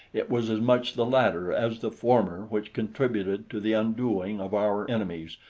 it was as much the latter as the former which contributed to the undoing of our enemies,